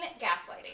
gaslighting